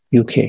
UK